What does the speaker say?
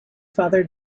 father